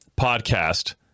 podcast